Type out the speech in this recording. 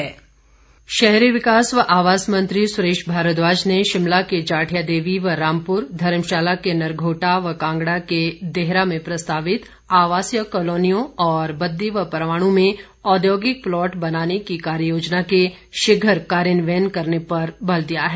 शहरी विकास मंत्री शहरी विकास व आवास मंत्री सुरेश भारद्वाज ने शिमला के जाठिया देवी व रामपुर धर्मशाला के नरघोटा व कांगडा के देहरा में प्रस्तावित आवासीय कॉलोनियों एवं बद्दी और परवाण् में औद्योगिक प्लॉट बनाने की कार्य योजना के शीघ्र कार्यान्वयन करने पर बल दिया है